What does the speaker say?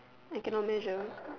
I cannot measure